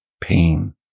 pain